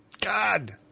God